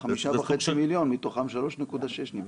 5.5 מיליון, מתוך 3.6 מיליון נבדקו.